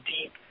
deep